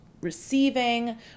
receiving